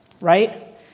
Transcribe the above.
right